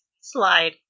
slide